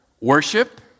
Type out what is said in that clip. worship